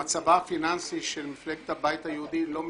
מצבה הפיננסי של מפלגת הבית היהודי לא משתנה,